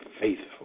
faithful